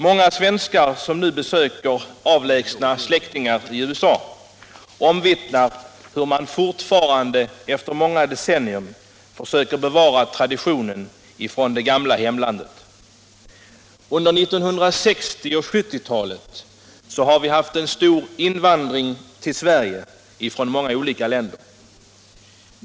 Många svenskar som nu besöker avlägsna släktingar i USA omvittnar hur man fortfarande, efter många decennier, försöker bevara traditionen från det gamla landet. Under 1960 och 1970-talen har vi haft stor invandring till Sverige från många olika länder.